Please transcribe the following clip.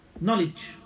Knowledge